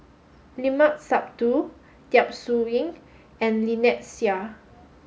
Limat Sabtu Yap Su Yin and Lynnette Seah